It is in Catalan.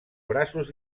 braços